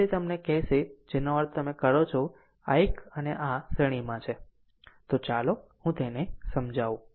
આમ તે તમને તે કહેશે જેનો તમે અર્થ કરો છો આ એક અને આ શ્રેણીમાં છે તો ચાલો હું તેને સમજાવું